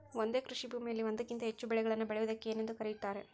ಒಂದೇ ಕೃಷಿಭೂಮಿಯಲ್ಲಿ ಒಂದಕ್ಕಿಂತ ಹೆಚ್ಚು ಬೆಳೆಗಳನ್ನು ಬೆಳೆಯುವುದಕ್ಕೆ ಏನೆಂದು ಕರೆಯುತ್ತಾರೆ?